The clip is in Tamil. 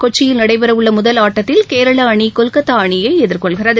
கொச்சியில் நடைபெறவுள்ள முதல் ஆட்டத்தில் கேரளா அணி கொல்கத்தா அணியை எதிர்கொள்கிறது